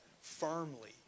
firmly